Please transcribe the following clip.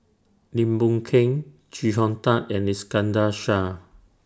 Lim Boon Keng Chee Hong Tat and Iskandar Shah